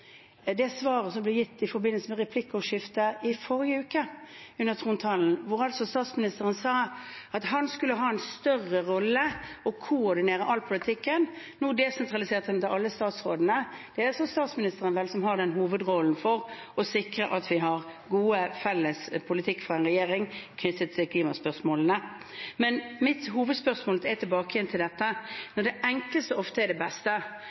det svaret som ble gitt i forbindelse med replikkordskiftet under trontaledebatten i forrige uke, da statsministeren sa at han skulle ha en større rolle og koordinere all politikken, og nå har desentralisert den til alle statsrådene. Det er vel statsministeren som har hovedrollen når det gjelder å sikre at vi har en god, felles politikk fra en regjering knyttet til klimaspørsmålene. Men mitt hovedspørsmål går tilbake igjen til dette: Når det enkleste ofte er det beste